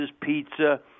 Pizza